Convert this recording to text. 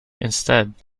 instead